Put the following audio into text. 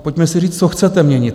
Pojďme si říct, co chcete měnit.